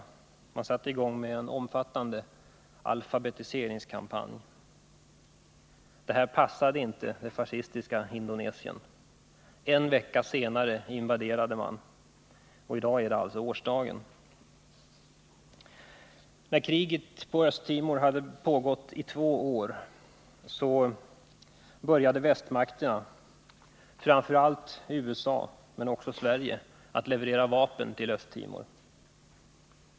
Man satte i gång en omfattande alfabetiseringskampanj. Det här passade inte det fascistiska Indonesien. En vecka senare invaderade man, och i dag är det alltså årsdagen. När kriget på Östtimor hade pågått i två år började västmakterna — framför allt USA men också Sverige — att leverera vapen till Indonesien.